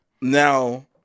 now